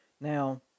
Now